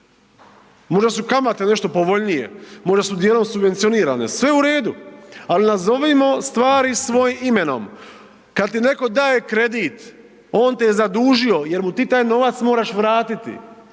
možda su kamate nešto povoljnije, možda su dijelom subvencionirane, sve u redu, al nazovimo stvari svojim imenom. Kad ti neko daje kredit on te je zadužio jer mu ti taj novac moraš vratiti.